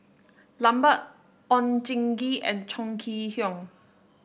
Lambert Oon Jin Gee and Chong Kee Hiong